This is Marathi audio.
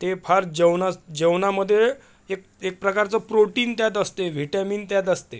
ते फार जेवणा जेवणामध्ये एक एक प्रकारचं प्रोटीन त्यात असते व्हिटॅमीन त्यात असते